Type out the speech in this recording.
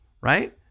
right